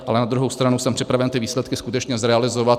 Ale na druhou stranu jsem připraven ty výsledky skutečně zrealizovat.